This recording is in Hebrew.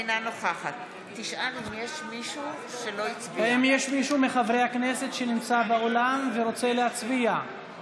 אינה נוכחת האם יש מישהו מחברי הכנסת שנמצא באולם ורוצה להצביע?